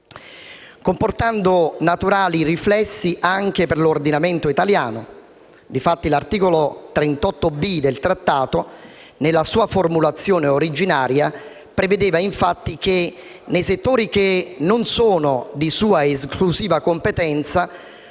comportando naturali riflessi anche per l'ordinamento italiano. Di fatti, l'articolo 3 B del Trattato, nella sua formulazione originaria, prevedeva che, nei settori che non sono di sua esclusiva competenza,